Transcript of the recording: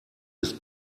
ist